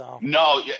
No